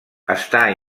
està